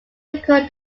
record